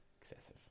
Excessive